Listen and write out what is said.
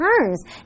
turns